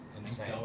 insane